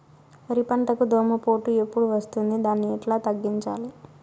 వరి పంటకు దోమపోటు ఎప్పుడు వస్తుంది దాన్ని ఎట్లా తగ్గించాలి?